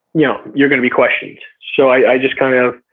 yeah you're gonna be questioned, so i just kind of